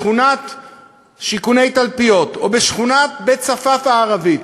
בשיכוני תלפיות או בשכונת בית-צפאפא הערבית